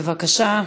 בבקשה.